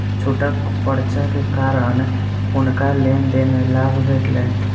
छूटक पर्चा के कारण हुनका लेन देन में लाभ भेटलैन